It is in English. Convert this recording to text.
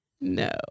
no